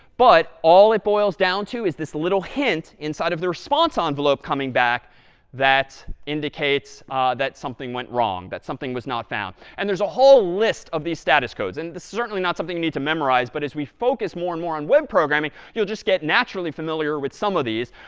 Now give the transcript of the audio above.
but all it boils down to is this little hint inside of the response ah envelope coming back that indicates that something went wrong, that something was not found. and there's a whole list of these status codes, and this is certainly not something you need to memorize, but as we focus more and more on web programming, you'll just get naturally familiar with some of these.